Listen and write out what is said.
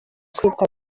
kwita